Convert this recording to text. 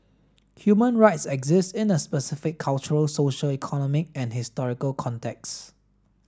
human rights exist in a specific cultural social economic and historical contexts